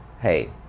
hey